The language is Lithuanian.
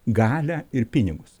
galią ir pinigus